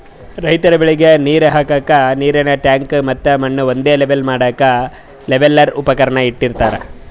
ರೈತರ್ ಬೆಳಿಗ್ ನೀರ್ ಹಾಕ್ಕಕ್ಕ್ ನೀರಿನ್ ಟ್ಯಾಂಕ್ ಮತ್ತ್ ಮಣ್ಣ್ ಒಂದೇ ಲೆವೆಲ್ ಮಾಡಕ್ಕ್ ಲೆವೆಲ್ಲರ್ ಉಪಕರಣ ಇಟ್ಟಿರತಾರ್